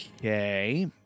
Okay